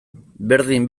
berdin